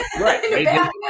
Right